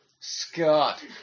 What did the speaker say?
Scott